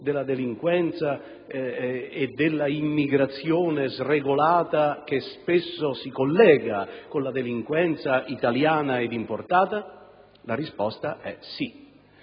della delinquenza e dell'immigrazione sregolata, che spesso si collega con la delinquenza italiana ed importata? La risposta è sì.